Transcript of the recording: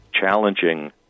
challenging